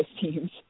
teams